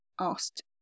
asked